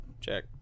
check